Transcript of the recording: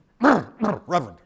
Reverend